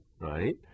right